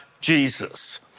Jesus